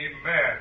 Amen